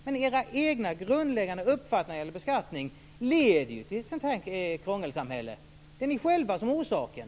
Men era egna grundläggande uppfattningar när det gäller beskattning leder ju till ett krångelsamhälle. Det är ni själva som är orsaken.